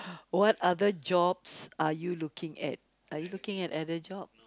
what other jobs are you looking at are you looking at other job